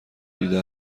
دیده